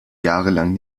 jahrelang